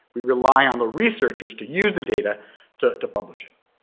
we rely on the researchers to use the data to to publish it.